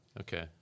Okay